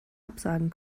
absagen